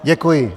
Děkuji.